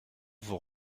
vous